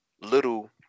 little